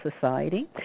society